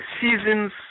seasons